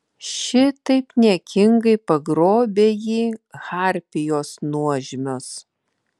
šitaip niekingai pagrobė jį harpijos nuožmios